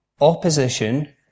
opposition